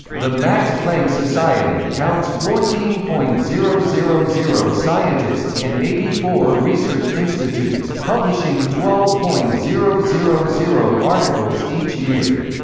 the max planck society counts fourteen point zero zero zero scientists in eighty four research institutes, publishing twelve point zero zero zero articles each year.